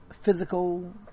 physical